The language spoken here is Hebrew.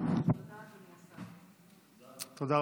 אדוני